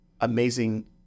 amazing